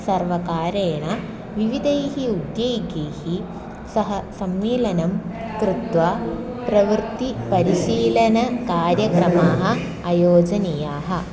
सर्वकारेण विविधैः उद्योगैः सह सम्मेलनं कृत्वा प्रवृत्तिपरिशीलनकार्यक्रमाः आयोजनीयाः